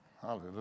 Hallelujah